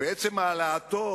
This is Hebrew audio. ועצם העלאתו